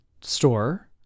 store